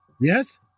Yes